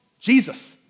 Jesus